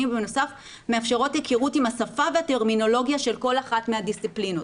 ובנוסף מאפשרות היכרות עם השפה והטרמינולוגיה של כל אחת מהדיסציפלינות,